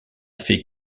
fait